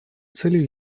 целью